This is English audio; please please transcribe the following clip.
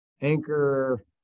anchor